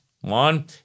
One